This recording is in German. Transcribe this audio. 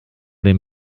dem